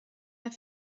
der